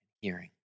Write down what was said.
hearing